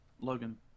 Logan